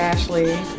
Ashley